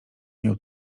miał